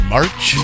March